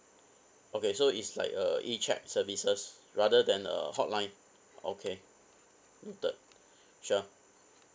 okay so it's like a E check services rather than a hotline or okay noted sure